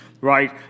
right